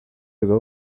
ago